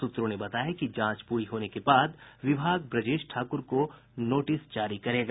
सूत्रों ने बताया कि जांच पूरी होने के बाद विभाग ब्रजेश ठाकुर को नोटिस जारी करेगा